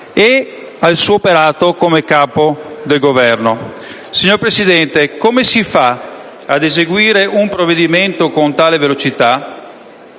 e al suo operato come capo del Governo. Signor Presidente, come si fa, ad eseguire un provvedimento con tale velocità,